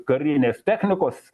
karinės technikos